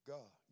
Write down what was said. God